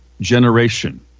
generation